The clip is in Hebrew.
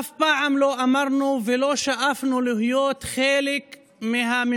אף פעם לא אמרנו ולא שאפנו להיות חלק מהממשלה,